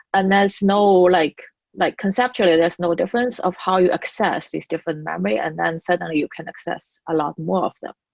and there's no like like conceptually, there's no difference of how you access these different memory, and the suddenly you can access a lot more of them.